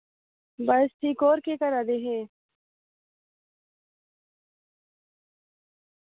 बस ठीक और केह् करा दे हे